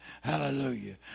Hallelujah